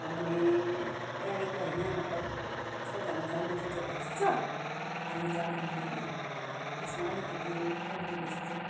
माने गाडीको होइन मतलब छजना जाने जुन चाहिँ ट्याक्सी छ अनि चारजना जाने त्यसमा अलिकति कम्ती बेसी चाहिँ